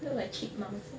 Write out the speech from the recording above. feel like chipmunk sia